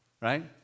right